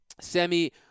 Semi